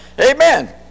Amen